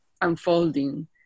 unfolding